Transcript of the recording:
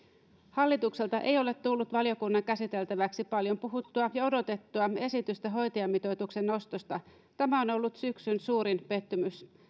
hallitukselta ei ole tullut valiokunnan käsiteltäväksi paljon puhuttua ja odotettua esitystä hoitajamitoituksen nostosta tämä on ollut syksyn suurin pettymys